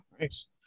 Nice